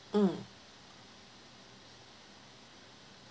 um